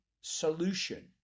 Solution